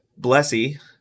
Blessy